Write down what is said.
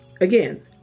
Again